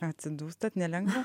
atsidūstat nelengva